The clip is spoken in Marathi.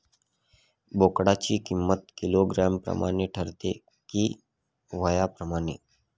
बोकडाची किंमत किलोग्रॅम प्रमाणे ठरते कि वयाप्रमाणे?